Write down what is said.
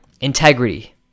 integrity